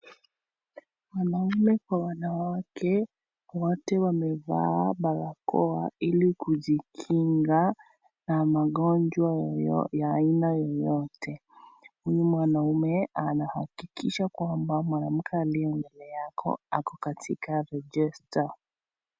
Wanaume kwa wanawake wote wamevaa barakoa ili kuzikinga na magonjwa ya aina yeyote huyu mwanaume anahakikisha kwamba mwanamke aliye mbele yako ako katika rejesta.